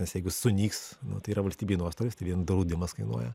nes jeigu sunyks tai yra valstybei nuostolis tai vien draudimas kainuoja